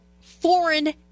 foreign